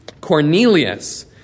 Cornelius